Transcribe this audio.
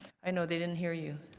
i know they didn't hear you.